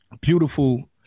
Beautiful